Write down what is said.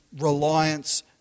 reliance